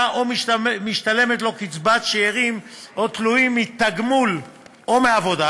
או משתלמת לו קצבת שאירים או תלויים מתגמול או מעבודה,